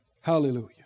Hallelujah